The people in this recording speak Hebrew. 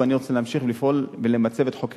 ואני רוצה להמשיך לפעול ולמצב את חוקרי